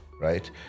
right